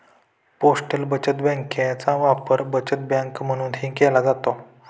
postal बचत बँकेचा वापर बचत बँक म्हणूनही केला जातो